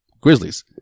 Grizzlies